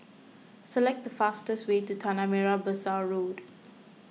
select the fastest way to Tanah Merah Besar Road